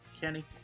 Kenny